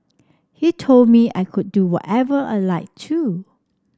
he told me I could do whatever I like too